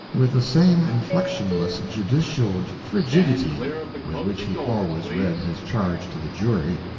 with the same inflectionless judicial frigidity with which he always read his charge to the jury,